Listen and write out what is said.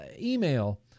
email